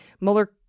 Mueller